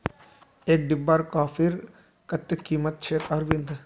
एक डिब्बा कॉफीर कत्ते कीमत छेक अरविंद